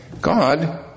God